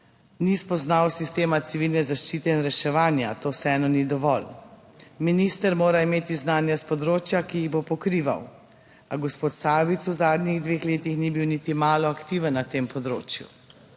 ni spoznal sistema civilne zaščite in reševanja. To vseeno ni dovolj! Minister mora imeti znanja s področja, ki jih bo pokrival. A gospod Sajovic v zadnjih dveh letih ni bil niti malo aktiven na tem področju,